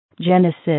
Genesis